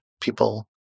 people